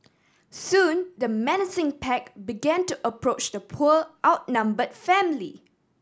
soon the menacing pack began to approach the poor outnumber family